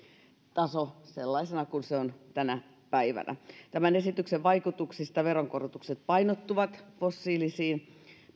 taso säilyisi sellaisena kuin se on tänä päivänä tämän esityksen vaikutuksista veronkorotukset painottuvat fossiilisiin